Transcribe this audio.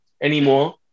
anymore